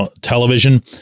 television